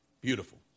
Beautiful